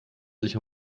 sich